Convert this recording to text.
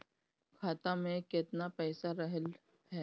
खाता में केतना पइसा रहल ह?